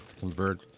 convert